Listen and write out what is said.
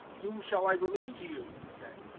whom shall i release to you, he said,